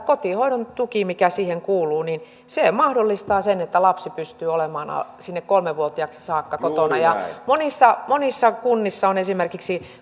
kotihoidon tuki mikä siihen kuuluu mahdollistaa sen että lapsi pystyy olemaan kolmevuotiaaksi saakka kotona monissa monissa kunnissa on esimerkiksi